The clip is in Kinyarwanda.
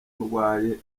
ndwaye